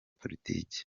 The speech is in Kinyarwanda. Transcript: politiki